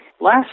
last